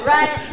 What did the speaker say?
Right